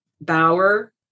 Bauer